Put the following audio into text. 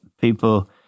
people